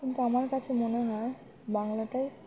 কিন্তু আমার কাছে মনে হয় বাংলাটাই